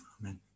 amen